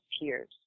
peers